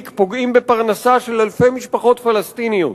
פוגעים בפרנסה של אלפי משפחות פלסטיניות,